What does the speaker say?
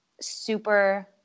super